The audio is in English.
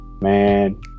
Man